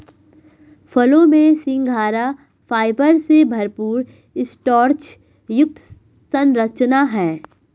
फलों में सिंघाड़ा फाइबर से भरपूर स्टार्च युक्त संरचना है